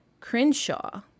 Crenshaw